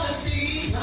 see,